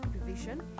revision